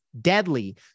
deadly